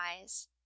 eyes